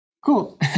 Cool